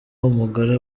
umugore